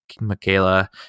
Michaela